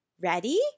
Ready